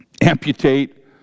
amputate